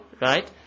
right